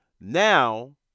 Now